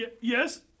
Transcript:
Yes